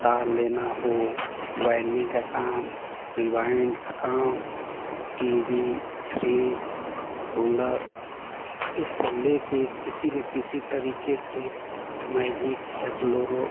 तार लेना हो वाइंडिंग का काम और रिवाइन्ड का काम टी वी फ्रिज कूलर ये सब ले कर किसी न किसी तरीके से मैजिक या ब्लोरो